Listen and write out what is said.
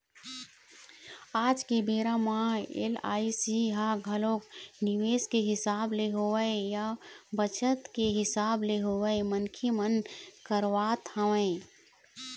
आज के बेरा म एल.आई.सी ह घलोक निवेस के हिसाब ले होवय या बचत के हिसाब ले होवय मनखे मन करवात हवँय